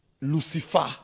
Lucifer